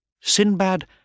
Sinbad